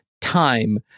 time